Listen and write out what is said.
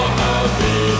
happy